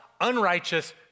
unrighteous